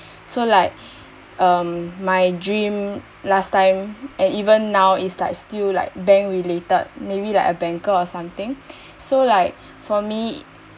so like um my dream last time and even now is like still like bank related maybe like a banker or something so like for me